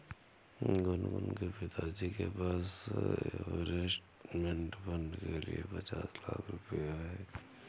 गुनगुन के पिताजी के पास इंवेस्टमेंट फ़ंड के लिए पचास लाख रुपए है